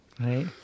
Right